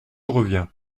reviens